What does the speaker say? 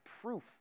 proof